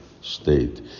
state